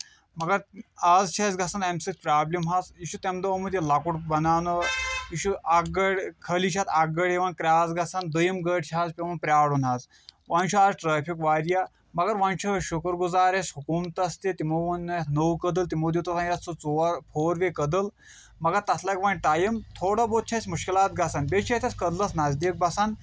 مَگر آز چھِ اَسہِ گژھان امہِ سۭتۍ پروبلِم حظ یہِ چھُ تَمہِ دۄہ آمُت یہِ لۄکُٹ بَناؤنہٕ یہِ چھِ اکھ گٲڈۍ خٲلی چھِ اَتھ اکھ گٲڈۍ یِوان کراس گژھان دۄیِم گٲڈۍ چھ حظ پیٚوان پرارُن حظ وۄنۍ چھُ آز ٹریفک واریاہ مَگر وۄنۍ چھِ أسۍ شُکُر گُزار أسۍ حکوٗمَتس تہِ تِمو ووٚن یَتھ نو کٔدل تِمو دِیُت ووٚنۍ یتھ سُہ ژور فور وے کٔدل مَگر تَتھ لگہِ وۄنۍ ٹایِم تھوڑا بہت چھِ اَسہِ مُشکِلات گژھان بیٚیہِ چھِ ییٚتتیس کٔدٕلَس نزدیٖک بَسان